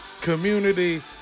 community